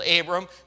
Abram